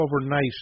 overnight